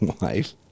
wife